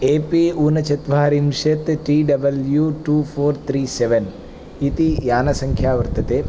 ए P ऊनचत्वारिंशत् T W two four three seven इति यानसंख्या वर्तते